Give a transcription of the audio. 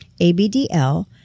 ABDL